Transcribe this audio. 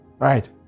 right